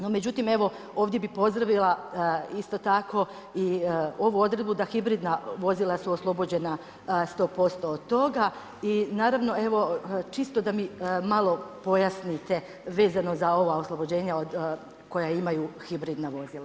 No međutim, evo, ovdje bi pozdravila isto tako i ovu odredbu da hibridna vozila su oslobođena 100% od toga i naravno, evo čisto da mi malo pojasnite, vezano za ova oslobođenja koja imaju hibridna vozila.